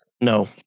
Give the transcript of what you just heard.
no